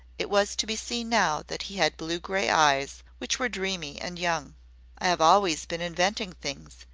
it was to be seen now that he had blue-gray eyes which were dreamy and young. i have always been inventing things,